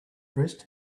dressed